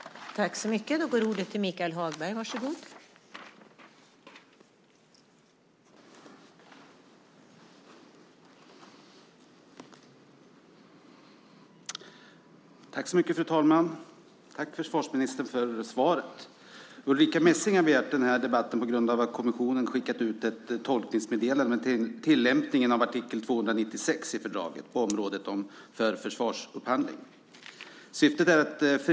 Då Ulrica Messing , som framställt interpellationen, anmält att hon var förhindrad att närvara vid sammanträdet medgav andre vice talmannen att Michael Hagberg i stället fick delta i överläggningen.